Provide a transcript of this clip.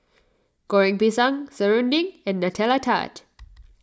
Goreng Pisang Serunding and Nutella Tart